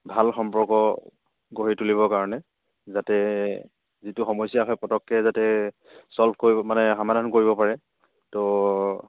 ভাল সম্পৰ্ক গঢ়ি তুলিবৰ কাৰণে যাতে যিটো সমস্যা হয় পটককে যাতে ছল্ভ কৰিব মানে সমাধান কৰিব পাৰে ত'